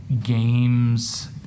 games